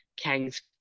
Kang's